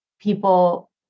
people